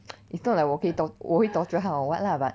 it's not like 我可以我会 torture 他 or what lah